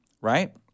right